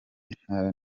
intare